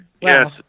Yes